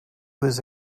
was